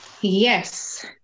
Yes